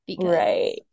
Right